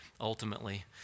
ultimately